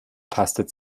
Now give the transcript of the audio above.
tastet